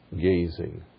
gazing